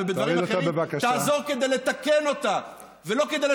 ולא כדי לתרץ אותה, אדוני.